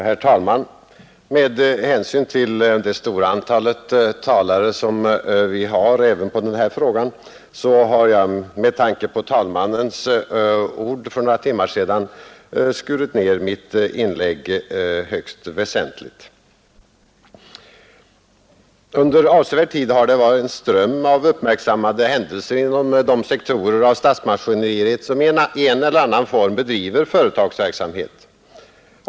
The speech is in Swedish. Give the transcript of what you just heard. Herr talman! Med hänsyn till det stora antal talare som finns även i denna fråga har jag med tanke på herr talmannens ord för några timmar sedan skurit ner mitt inlägg högst väsentligt. Under avsevärd tid har det varit en ström av uppmärksammade händelser inom de sektorer av statsmaskineriet som i en eller annan form bedriver företagsverksamhet.